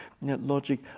Logic